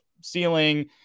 ceiling